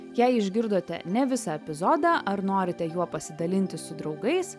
jei išgirdote ne visą epizodą ar norite juo pasidalinti su draugais